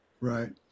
right